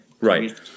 Right